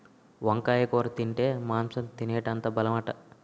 వంకాయ కూర తింటే మాంసం తినేటంత బలమట